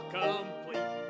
complete